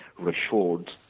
reshored